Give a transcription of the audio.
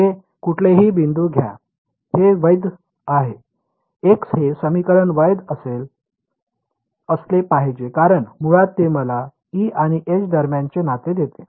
हे कुठलेही बिंदू घ्यावे हे वैध आहे x हे समीकरण वैध असले पाहिजे कारण मुळात ते मला E आणि H दरम्यानचे नाते देते